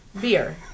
Beer